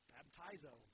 Baptizo